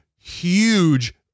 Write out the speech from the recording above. huge